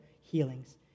healings